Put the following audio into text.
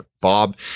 Bob